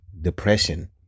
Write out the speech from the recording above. depression